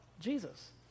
Jesus